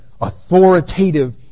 authoritative